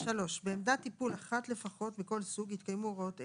(3)בעמדת טיפול אחת לפחות מכל סוג יתקיימו הוראות אלה: